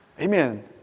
Amen